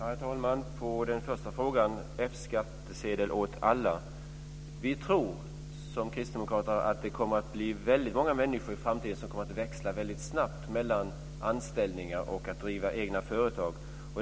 Herr talman! På den första frågan om F-skattsedel åt alla ska jag svara att vi kristdemokrater tror att det i framtiden kommer att bli väldigt många människor som kommer att växla väldigt snabbt mellan att vara anställda och att driva egna företag.